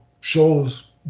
shows